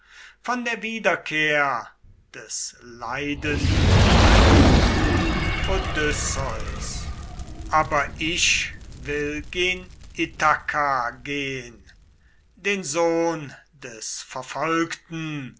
von der wiederkehr des leidengeübten odysseus aber ich will gen ithaka gehn den sohn des verfolgten